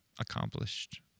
accomplished